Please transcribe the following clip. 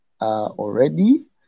already